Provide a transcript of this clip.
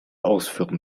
ausführen